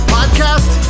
Podcast